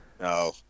No